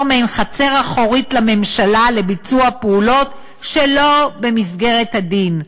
מעין חצר אחורית לממשלה לביצוע פעולות שלא במסגרת הדין".